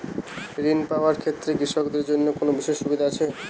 ঋণ পাওয়ার ক্ষেত্রে কৃষকদের জন্য কোনো বিশেষ সুবিধা আছে?